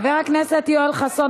חבר הכנסת יואל חסון,